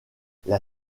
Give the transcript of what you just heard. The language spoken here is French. les